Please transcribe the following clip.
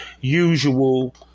usual